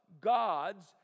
God's